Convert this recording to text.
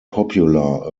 popular